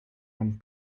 one